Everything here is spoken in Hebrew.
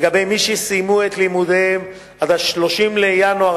לגבי מי שסיימו את לימודיהם עד 30 בינואר